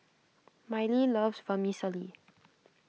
Mylie loves Vermicelli